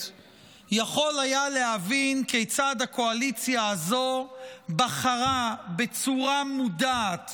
יכול היה להבין כיצד הקואליציה הזו בחרה בצורה מודעת